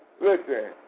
listen